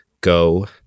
go